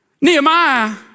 Nehemiah